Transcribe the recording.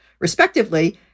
respectively